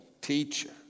teacher